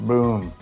Boom